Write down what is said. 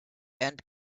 and